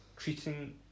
Treating